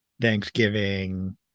thanksgiving